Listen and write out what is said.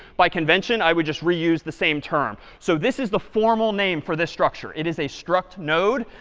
by convention, i would just reuse the same term. so this is the formal name for this structure. it is a struct node.